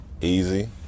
Easy